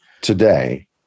today